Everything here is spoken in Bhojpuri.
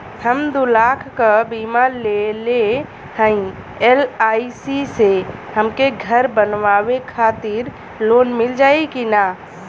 हम दूलाख क बीमा लेले हई एल.आई.सी से हमके घर बनवावे खातिर लोन मिल जाई कि ना?